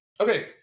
Okay